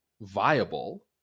viable